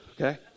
okay